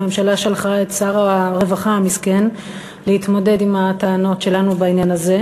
הממשלה שלחה את שר הרווחה המסכן להתמודד עם הטענות שלנו בעניין הזה,